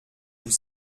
tous